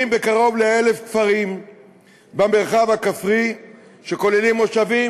בקרוב ל-1,000 כפרים במרחב הכפרי שכולל מושבים,